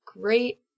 great